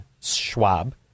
Schwab